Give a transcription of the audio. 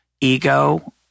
ego